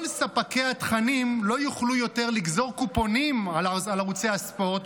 כל ספקי התכנים לא יוכלו יותר לגזר קופונים על ערוצי הספורט.